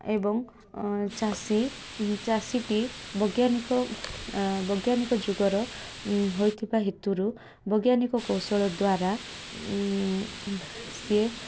ଏବଂ ଚାଷୀ ଚାଷୀଟି ବୈଜ୍ଞାନିକ ବୈଜ୍ଞାନିକ ଯୁଗର ହୋଇଥିବା ହେତୁରୁ ବୈଜ୍ଞାନିକ କୌଶଳ ଦ୍ୱାରା ସିଏ